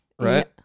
right